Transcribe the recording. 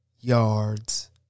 yards